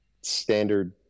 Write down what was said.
standard